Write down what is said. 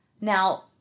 Now